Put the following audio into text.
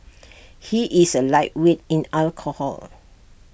he is A lightweight in alcohol